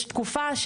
יש תקופה,